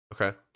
Okay